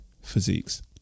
physiques